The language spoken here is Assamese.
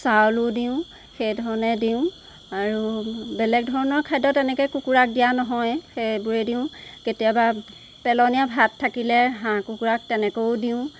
চাউলো দিওঁ সেইধৰণে দিওঁ আৰু বেলেগ ধৰণৰ খাদ্য তেনেকৈ কুকুৰাক দিয়া নহয় সেইবোৰেই দিওঁ কেতিয়াবা পেলনীয়া ভাত থাকিলে হাঁহ কুকুৰাক তেনেকেও দিওঁ